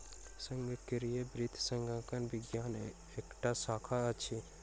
संगणकीय वित्त संगणक विज्ञान के एकटा शाखा अछि